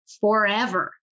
forever